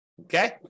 okay